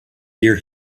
year